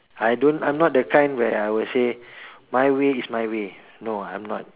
I don't I am not the kind where I will say my way is my way no I am not